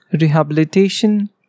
rehabilitation